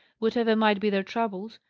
whatever might be their troubles,